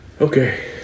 okay